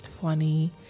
funny